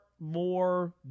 more